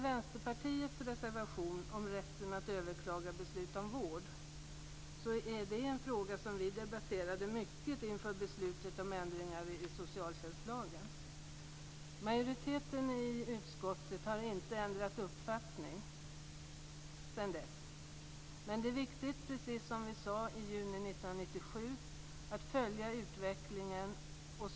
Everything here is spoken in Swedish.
Vänsterpartiets reservation handlar om rätten att överklaga beslut om vård. Det är en fråga som vi debatterade mycket inför beslutet om ändringar i socialtjänstlagen. Majoriteten i utskottet har inte ändrat uppfattning sedan dess. Men det är viktigt att följa utvecklingen, precis som vi sade i juni 1997.